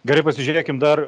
gerai pasižiūrėkim dar